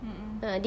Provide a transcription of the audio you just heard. mm mm